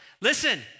Listen